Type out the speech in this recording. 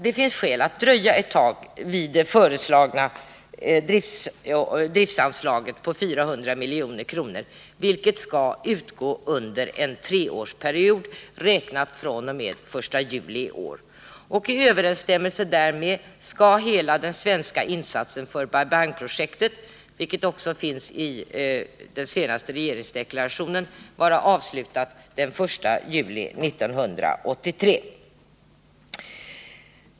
Det finns skäl att dröja ett tag vid det föreslagna driftsanslaget på 400 milj.kr., vilket skall utgå under en treårsperiod räknat fr.o.m. den 1 juli i år. I överensstämmelse därmed skall hela den svenska insatsen för Bai Bang-projektet, vilket också sägs i den senaste regeringsdeklarationen, vara avslutad den 1 juli 1983.